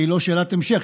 היא לא שאלת המשך,